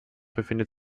befindet